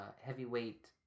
heavyweight